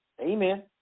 Amen